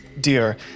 dear